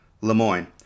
Lemoyne